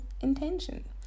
intention